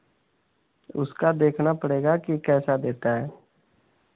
उसका देखना पड़ेगा कि कैसा देता है